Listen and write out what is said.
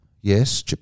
Yes